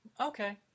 Okay